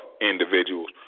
individuals